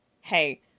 hey